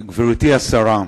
גברתי השרה,